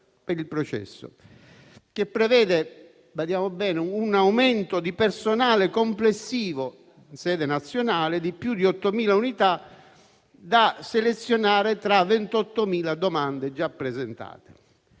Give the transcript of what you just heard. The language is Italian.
- badiamo bene - un aumento di personale complessivo in sede nazionale di oltre 8.000 unità, da selezionare tra 28.000 domande già presentate.